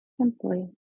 simply